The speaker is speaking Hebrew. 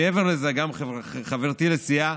מעבר לזה, חברתי לסיעה